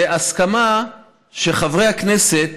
זה הסכמה שחברי הכנסת